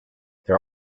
there